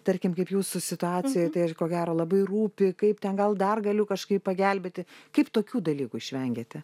tarkim kaip jūsų situacijoj tai ir ko gero labai rūpi kaip ten gal dar galiu kažkaip pagelbėti kaip tokių dalykų išvengiate